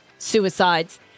suicides